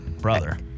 Brother